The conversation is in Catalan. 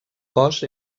cos